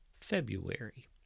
February